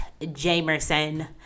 Jamerson